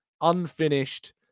unfinished